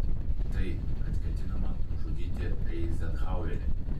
tai kad ketinama nužudyti eizenhauerį